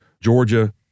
Georgia